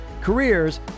careers